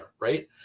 right